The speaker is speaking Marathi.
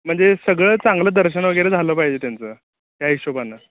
म्हणजे सगळं चांगलं दर्शन वगैरे झालं पाहिजे त्यांचं त्या हिशोबानं